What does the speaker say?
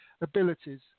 abilities